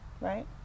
Right